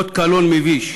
אות קלון מביש.